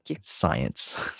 science